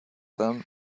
them